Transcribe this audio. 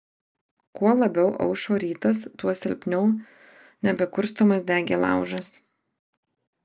kuo labiau aušo rytas tuo silpniau nebekurstomas degė laužas